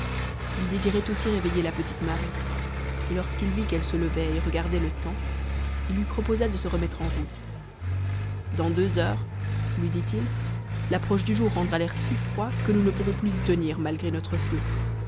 il désirait aussi réveiller la petite marie et lorsqu'il vit qu'elle se levait et regardait le temps il lui proposa de se remettre en route dans deux heures lui dit-il l'approche du jour rendra l'air si froid que nous ne pourrons plus y tenir malgré notre feu